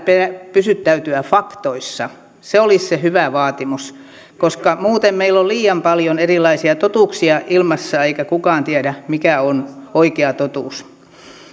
pysyttäytyä faktoissa se olisi se hyvä vaatimus koska muuten meillä on liian paljon erilaisia totuuksia ilmassa eikä kukaan tiedä mikä on oikea totuus